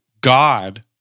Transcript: God